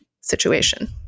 situation